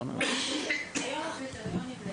לא בקריטריונים.